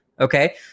Okay